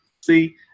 See